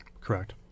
Correct